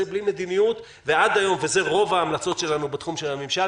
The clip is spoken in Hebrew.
בלי מדיניות - וזה רוב ההמלצות שלנו בתחום של הממשל,